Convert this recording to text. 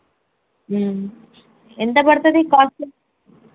ఎంత పడుతుంది కాస్టు